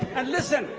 and listen